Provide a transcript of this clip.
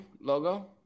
logo